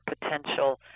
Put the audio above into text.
potential